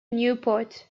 newport